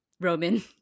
Roman